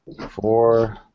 four